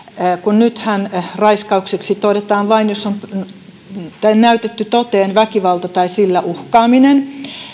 nythän teko todetaan raiskaukseksi vain jos on näytetty toteen väkivalta tai sillä uhkaaminen